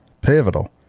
pivotal